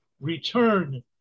return